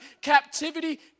captivity